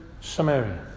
Samaria